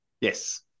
yes